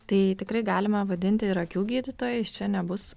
tai tikrai galime vadinti ir akių gydytojais čia nebus